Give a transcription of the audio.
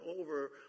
over